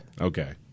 Okay